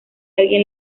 alguien